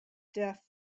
death